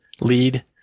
lead